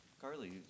Carly